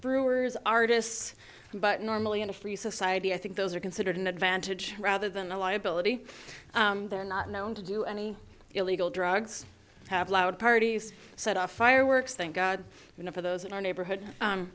brewers artists but normally in a free society i think those are considered an advantage rather than a liability they're not known to do any illegal drugs have loud parties set off fireworks thank god you know for those in our neighborhood